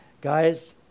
Guys